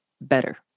better